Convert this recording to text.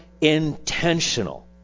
intentional